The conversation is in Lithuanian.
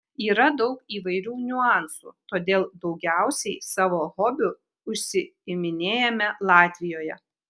yra daug įvairių niuansų todėl daugiausiai savo hobiu užsiiminėjame latvijoje